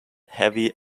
heavy